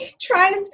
tries